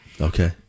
Okay